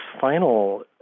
final